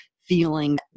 feeling